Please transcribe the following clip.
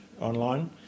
online